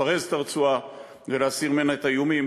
לפרז את הרצועה ולהסיר ממנה את האיומים.